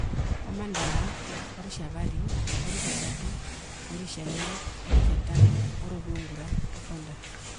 Omandaha, oritjavari, oritjatatu, oritjaine, oritjatano, oroviungura, osondaha.